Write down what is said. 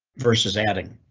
versus adding